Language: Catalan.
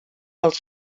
els